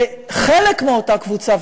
בחלק מאותה קבוצה,